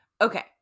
Okay